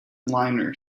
liner